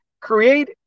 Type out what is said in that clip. create